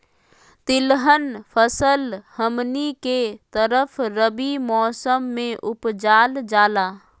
तिलहन फसल हमनी के तरफ रबी मौसम में उपजाल जाला